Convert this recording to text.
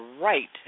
right